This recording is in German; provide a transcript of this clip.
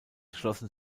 schlossen